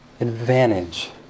advantage